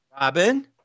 Robin